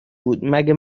بود، مگه